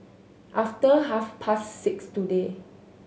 after half past six today